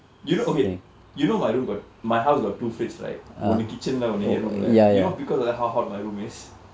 you know okay you know my room got my house got two fridge right ஒன்னு:onnu kitchen leh ஒன்னு என்:onnu en room leh you know because of how hot my room is